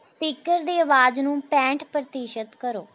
speaker ਦੀ ਆਵਾਜ਼ ਨੂੰ ਪੈਂਹਠ ਪ੍ਰਤੀਸ਼ਤ ਕਰੋ